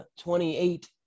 28